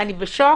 אני בשוק